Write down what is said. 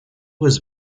was